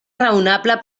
raonable